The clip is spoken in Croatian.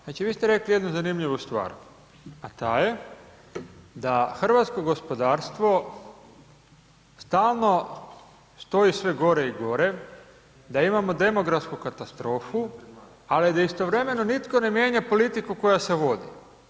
Znači vi ste rekli jednu zanimljivu stvar, a ta je da hrvatskog gospodarstvo stalno stoji sve gore i gore, da imao demografsku katastrofu, ali da istovremeno nitko ne mijenja politiku koja se vodi.